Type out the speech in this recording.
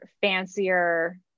fancier